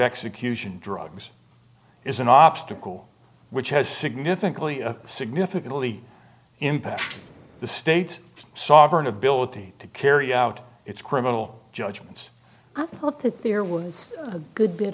execution drugs is an obstacle which has significantly a significantly impact on the state sovereign ability to carry out its criminal judgments i thought that there was a good bit